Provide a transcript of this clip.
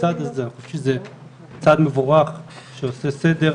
אני חושב שזה צעד מבורך שעושה סדר